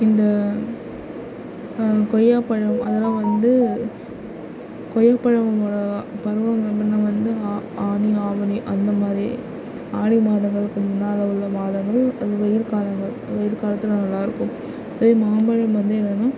இந்த கொய்யா பழம் அதெல்லாம் வந்து கொய்யாப்பழத்தோடய பருவம் முன்ன வந்து ஆனி ஆவணி அந்த மாதிரி ஆடி மாதங்களுக்கு முன்னால் உள்ள மாதங்கள் அது வெயில் காலங்கள் வெயில் காலத்தில் நல்லா இருக்கும் அதே மாம்பழம் வந்து என்னன்னா